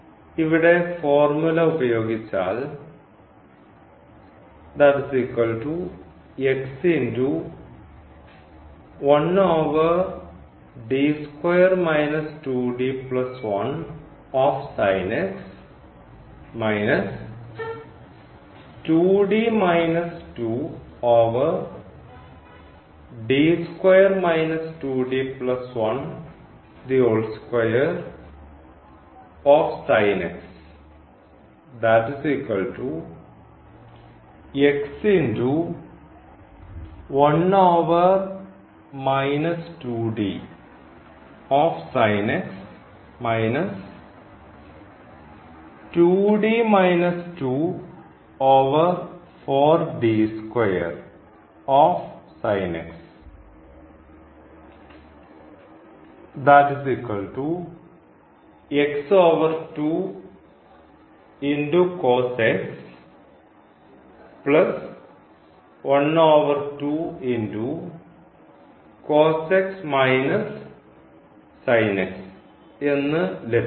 ഇവിടെ ഫോർമുല ഉപയോഗിച്ചാൽ എന്നു ലഭിക്കുന്നു